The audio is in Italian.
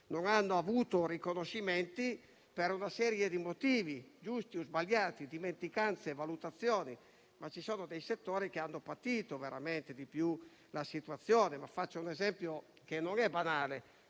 non hanno avuto riconoscimenti per una serie di motivi, giusti o sbagliati (dimenticanze, valutazioni). Ci sono dei settori che hanno patito maggiormente la situazione. Faccio un esempio che non è banale: